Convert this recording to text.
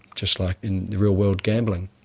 just like in real-world gambling.